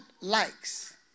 likes